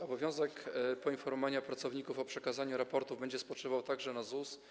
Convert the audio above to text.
Obowiązek poinformowania pracowników o przekazaniu raportu będzie spoczywał także na ZUS.